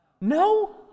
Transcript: No